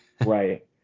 Right